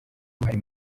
uruhare